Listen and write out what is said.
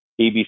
ABC